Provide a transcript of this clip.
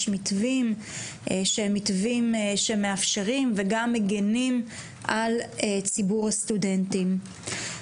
מתווים שמאפשרים וגם מגינים על ציבור הסטודנטים.